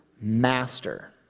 master